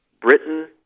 Britain